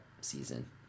season